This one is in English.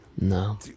No